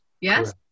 Yes